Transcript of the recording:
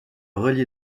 relie